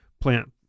plant